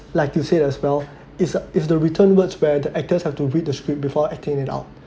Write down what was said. like to say as well it's if the written word bad actors have to read the script before acting it out